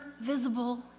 visible